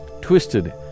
twisted